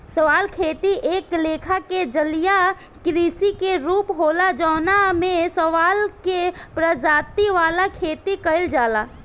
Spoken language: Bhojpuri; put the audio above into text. शैवाल खेती एक लेखा के जलीय कृषि के रूप होला जवना में शैवाल के प्रजाति वाला खेती कइल जाला